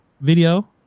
video